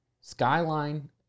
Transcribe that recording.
Skyline